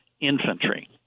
infantry